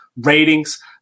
Ratings